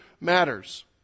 matters